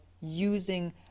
using